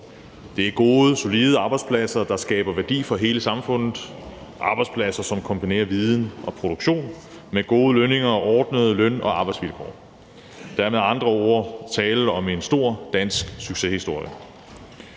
Det er gode, solide arbejdspladser, som skaber værdi for hele samfundet, arbejdspladser, som kombinerer viden og produktion med gode lønninger og ordnede løn- og arbejdsvilkår. Der er med andre ord tale om en stor dansk succeshistorie.